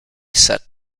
set